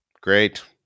Great